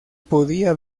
podía